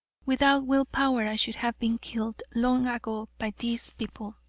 without will power i should have been killed long ago by these people,